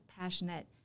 passionate